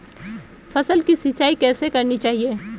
फसल की सिंचाई कैसे करनी चाहिए?